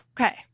Okay